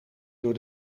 door